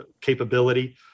capability